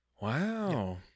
Wow